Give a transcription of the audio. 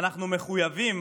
אנחנו מחויבים